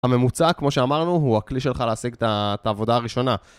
הממוצע, כמו שאמרנו, הוא הכלי שלך להשיג את העבודה הראשונה.